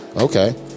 Okay